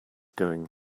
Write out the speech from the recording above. going